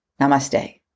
Namaste